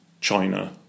China